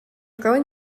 growing